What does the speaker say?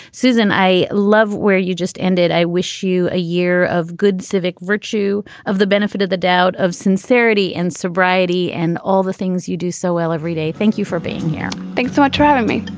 susan, i love where you just ended. i wish you a year of good civic virtue of the benefit of the doubt of sincerity and sobriety and all the things you do so well every day thank you for being here. thanks so much for having me.